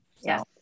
yes